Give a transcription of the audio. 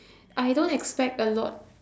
I don't expect a lot